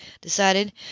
decided